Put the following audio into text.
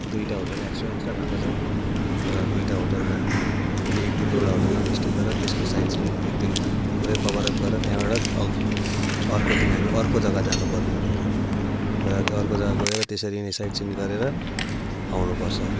दुइवटा hotel extra extra भएको छ र दइवटा होटेलमा हामीले एक दिन एउटा होटेलमा स्टे गरेर त्यसको साइट सिइङ एक दिन पुरै कभर अप गरेर त्यहाँबाट एक अर्को दिन हामी अर्को जगा जानु पर्ने हुने छ र त्यो अर्को जगा गएर त्यसरी नै साइट सिइङ गरेर आउनु पर्छ